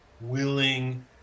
willing